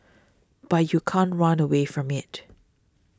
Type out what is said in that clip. but you can't run away from it